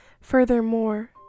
furthermore